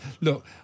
look